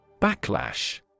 Backlash